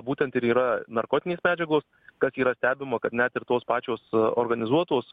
būtent ir yra narkotinės medžiagos kad yra stebima kad net ir tos pačios organizuotos